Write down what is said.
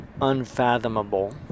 unfathomable